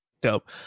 Dope